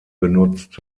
benutzt